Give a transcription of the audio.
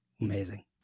Amazing